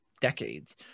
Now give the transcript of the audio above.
decades